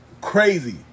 crazy